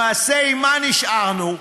למעשה, עם מה נשארנו?